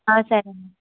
సరే అండి